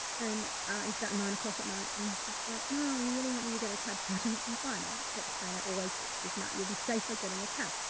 and ah, it's about nine o'clock at night. and she's like, no, we really want you to get a cab charge. um i'm fine. i'll get the train. i always do. she's not, you'll be safe like getting a cab.